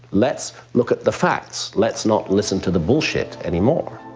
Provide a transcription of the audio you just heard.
let's look at the facts let's not listen to the bullshit anymore.